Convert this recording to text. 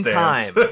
time